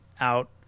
out